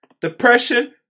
depression